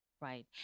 Right